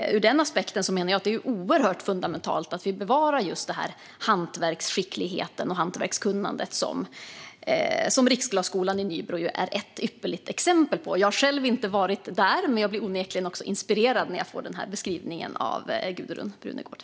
Ur den aspekten menar jag att det är oerhört fundamentalt att vi bevarar just hantverksskickligheten och hantverkskunnandet, som ju Riksglasskolan i Nybro är ett ypperligt exempel på. Jag har själv inte varit där, men jag blir onekligen inspirerad när jag får Gudrun Brunegårds beskrivning.